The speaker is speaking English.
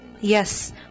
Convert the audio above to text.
Yes